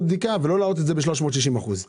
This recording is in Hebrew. בדיקה ולא להעלות את זה ב-360 אחוזים.